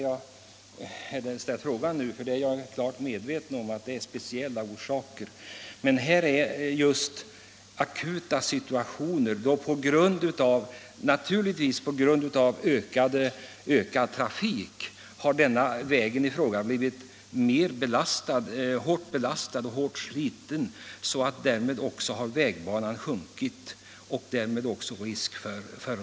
Jag är klart medveten om tjällossningsproblematiken, men det gäller nu akuta situationer där vägen i fråga på grund av ökad trafik blivit hårt belastad och nedsliten, så att vägbanan sjunkit och risk för ras uppstått.